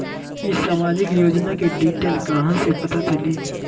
ई सामाजिक योजना के डिटेल कहा से पता चली?